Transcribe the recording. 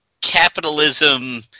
Capitalism